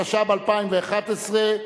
התשע"ב 2011,